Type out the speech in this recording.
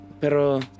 pero